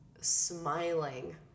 smiling